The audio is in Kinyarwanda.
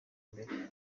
imbere